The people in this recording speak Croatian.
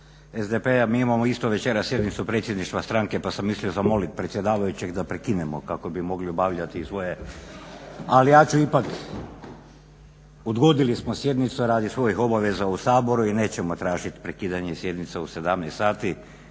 SDP-a. Mi imamo isto večeras sjednicu Predsjedništva stranke pa sam mislio zamolit predsjedavajućeg da prekinemo kako bi mogli obavljati svoje. Ali ja ću ipak, odgodili smo sjednicu radi svojih obaveza u Saboru i nećemo tražiti prekidanje sjednice u 17,00 sati